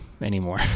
anymore